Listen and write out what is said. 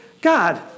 God